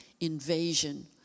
invasion